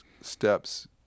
steps